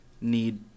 need